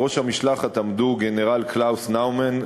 בראש המשלחת עמדו גנרל קלאוס נאומן,